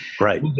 Right